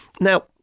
Now